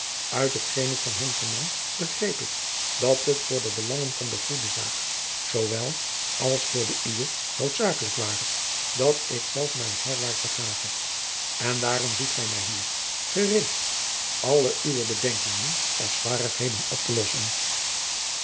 uit hetgeen ik van hen vernam begreep ik dat het voor de belangen van de goede zaak zoowel als voor de uwe noodzakelijk ware dat ik zelf mij herwaart begave en daarom ziet gij mij hier gereed alle uwe bedenkingen of zwarigheden op te lossen